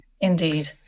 Indeed